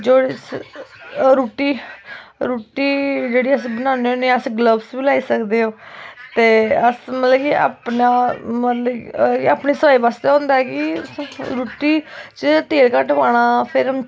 जेह्ड़ी रुट्टी रुट्टी जेह्ड़ी अस बनान्ने होन्ने गल्वस बी लाई सकदे ते अस मतलब कि अपना अपने साए बास्तै होंदा कि रुट्टी च तेल घट्ट पाना